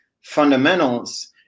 fundamentals